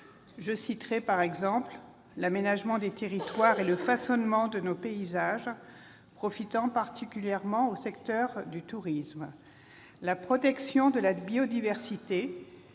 Je citerai, à titre d'exemple, l'aménagement des territoires et le façonnement de nos paysages profitant particulièrement au secteur du tourisme, ainsi que la protection de la biodiversité-